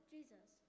Jesus